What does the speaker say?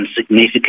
significant